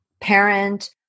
parent